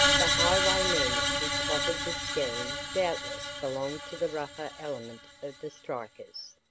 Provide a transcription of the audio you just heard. the highwaymen who plotted this scheme doubtless belong to the rougher element of the strikers.